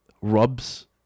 rubs